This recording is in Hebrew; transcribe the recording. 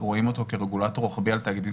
רואים אותו כרגולטור רוחבי על תאגידים